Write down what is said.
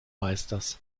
meisters